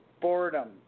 boredom